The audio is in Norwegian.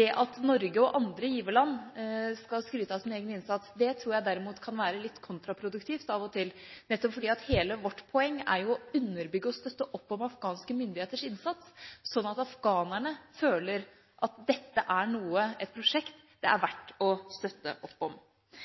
Det at Norge og andre giverland skal skryte av sin egen innsats, tror jeg derimot kan være litt kontraproduktivt av og til, nettopp fordi at hele vårt poeng jo er å underbygge og støtte opp om afghanske myndigheters innsats, sånn at afghanerne føler at dette er et prosjekt det er